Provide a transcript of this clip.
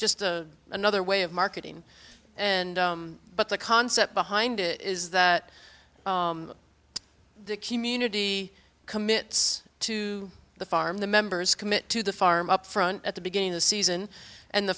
just a another way of marketing and but the concept behind it is that the community commits to the farm the members commit to the farm up front at the beginning of season and the